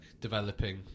developing